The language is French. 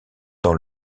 dans